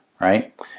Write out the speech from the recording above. Right